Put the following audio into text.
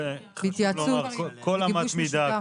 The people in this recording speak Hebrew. כל אמת מידה,